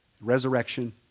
resurrection